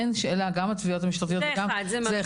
זה אחד.